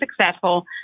successful